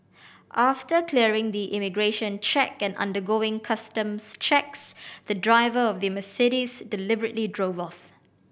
after clearing the immigration check and undergoing customs checks the driver of the Mercedes deliberately drove off